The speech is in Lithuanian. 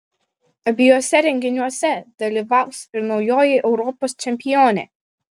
abiejuose renginiuose dalyvaus ir naujoji europos čempionė